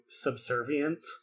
subservience